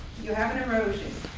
you have an erosion.